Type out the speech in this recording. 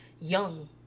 young